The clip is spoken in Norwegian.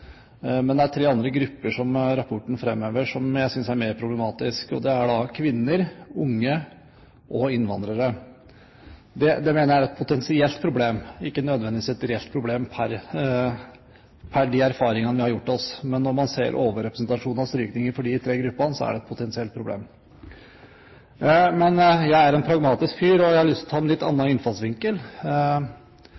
men det er tre andre grupper som rapporten framhever, som jeg synes er mer problematiske. Det er kvinner, unge og innvandrere. Det mener jeg er et potensielt problem, ikke nødvendigvis et reelt problem med de erfaringene vi har gjort oss, men når man ser på overrepresentasjonen av strykninger for disse tre gruppene, er det et potensielt problem. Men jeg er en pragmatisk fyr, og jeg har lyst til å ta en litt